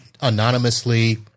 anonymously